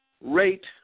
rate